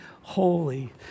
holy